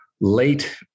Late